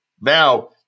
Now